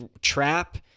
trap